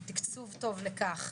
עם תקצוב טוב לכך.